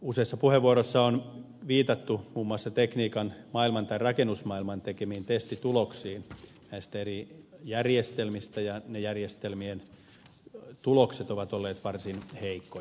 useissa puheenvuoroissa on viitattu muun muassa tekniikan maailman tai rakennusmaailman tekemiin testituloksiin näistä eri järjestelmistä ja niiden järjestelmien tulokset ovat olleet varsin heikkoja